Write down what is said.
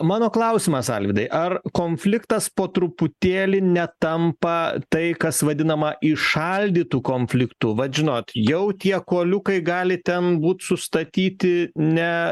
mano klausimas alvydai ar konfliktas po truputėlį netampa tai kas vadinama įšaldytu konfliktu vat žinot jau tie kuoliukai gali ten būt sustatyti ne